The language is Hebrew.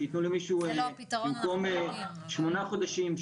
שיתנו למישהו במקום שמונה חודשים,